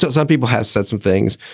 so some people have said some things.